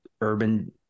urban